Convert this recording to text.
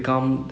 mm